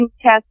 test